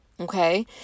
okay